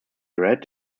read